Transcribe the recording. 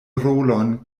rolon